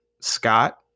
Scott